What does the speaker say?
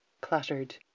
clattered